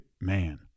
man